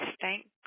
Thank